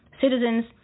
citizens